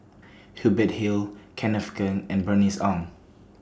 Hubert Hill Kenneth Keng and Bernice Ong